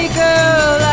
girl